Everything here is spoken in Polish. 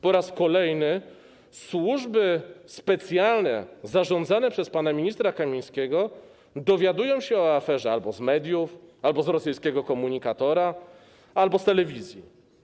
Po raz kolejny służby specjalne zarządzane przez pana ministra Kamińskiego dowiadują się o aferze albo z mediów, albo z rosyjskiego komunikatora, albo z telewizji.